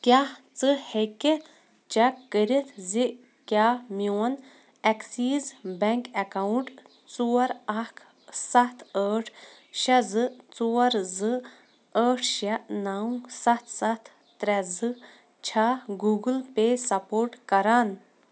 کیٛاہ ژٕ ہیٚکہِ چیٚک کٔرِتھ زِ کیٛاہ میون ایٚکسیٖز بیٚنٛک اٮ۪کاوُنٛٹ ژور اَکھ سَتھ ٲٹھ شےٚ زٕ ژور زٕ ٲٹھ شےٚ نَو سَتھ سَتھ ترٛےٚ زٕ چھا گوٗگٕل پے سپورٹ کران